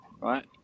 right